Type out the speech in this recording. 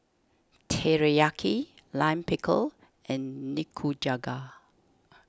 Teriyaki Lime Pickle and Nikujaga